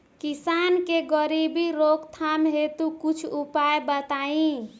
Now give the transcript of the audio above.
किसान के गरीबी रोकथाम हेतु कुछ उपाय बताई?